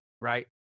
right